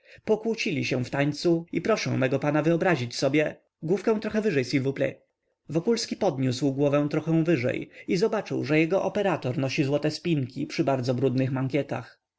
młodzież pokłócili się w tańcu i proszę mego pana wyobrazić sobie główkę trochę wyżej sil vous plait wokulski podniósł głowę trochę wyżej i zobaczył że jego operator nosi złote spinki przy bardzo brudnych mankietach